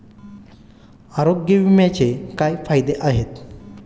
आरोग्य विम्याचे काय फायदे आहेत?